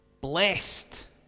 blessed